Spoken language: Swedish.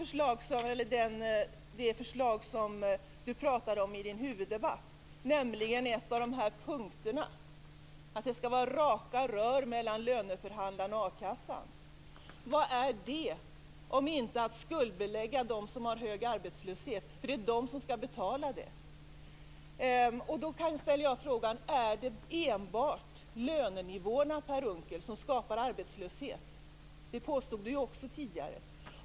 Per Unckel pratade om ett förslag i sitt huvudanförande, nämligen en punkt om att det skall vara raka rör mellan löneförhandlarna och a-kassan. Vad är det, om inte att skuldbelägga dem som har hög arbetslöshet? Det är de som skall betala detta. Då ställer jag frågan: Är det enbart lönenivåerna som skapar arbetslöshet, Per Unckel? Det påstod ju Per Unckel också tidigare.